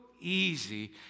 easy